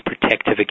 protective